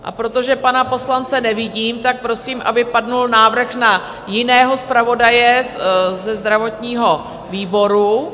A protože pana poslance nevidím, prosím, aby padl návrh na jiného zpravodaje ze zdravotního výboru.